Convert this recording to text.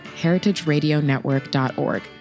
heritageradionetwork.org